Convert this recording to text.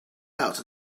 out